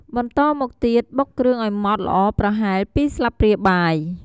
បន្តមកទៀត បុកគ្រឿងឱ្យម៉ដ្ឋល្អប្រហែល ២ ស្លាបព្រាបាយ។